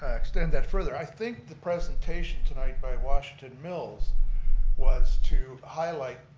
ah extend that further. i think the presentation tonight by washington mills was to highlight,